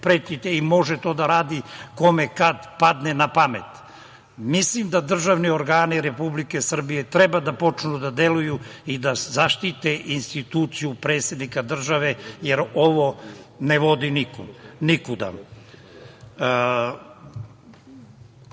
to može da radi kome kad padne napamet. Mislim da državni organi Republike Srbije treba da počnu da deluju i da zaštite instituciju predsednika države, jer ovo ne vodi nikuda.U